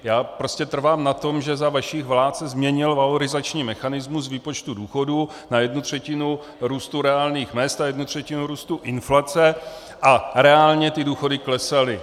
Já prostě trvám na tom, že za vašich vlád se změnil valorizační mechanismus výpočtu důchodů na jednu třetinu růstu reálných mezd a jednu třetinu růstu inflace a reálně ty důchody klesaly.